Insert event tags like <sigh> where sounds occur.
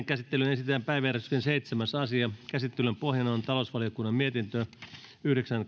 <unintelligible> käsittelyyn esitellään päiväjärjestyksen seitsemäs asia käsittelyn pohjana on talousvaliokunnan mietintö yhdeksän <unintelligible>